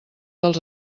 dels